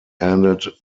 ended